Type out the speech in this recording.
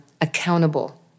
accountable